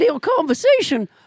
conversation